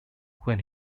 when